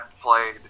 played